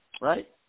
right